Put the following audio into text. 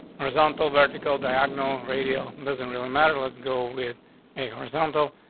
horizontal, vertical diagonal radio doesn't really matter. let's go with a horizontal.